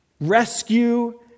rescue